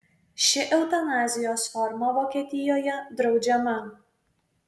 ši eutanazijos forma vokietijoje draudžiama